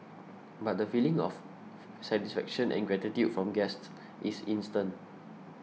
but the feeling of satisfaction and gratitude from guests is instant